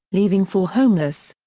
leaving four homeless.